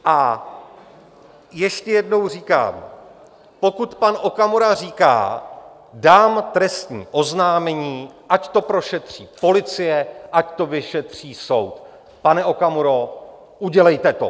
A ještě jednou říkám, pokud pan Okamura říká: dám trestní oznámení, ať to prošetří policie, ať to vyšetří soud pane Okamuro, udělejte to.